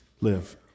live